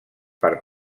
per